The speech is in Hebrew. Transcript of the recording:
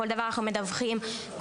כל דבר אנחנו מדווחים ובודקים.